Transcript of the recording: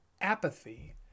apathy